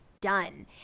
done